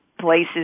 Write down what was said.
places